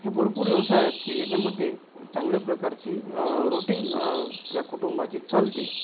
हे भरपूर व्यवसाय आहेत की ज्याच्यामध्ये चांगल्या प्रकारची रूटिंग या कुटुंबाची चालते